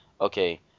Okay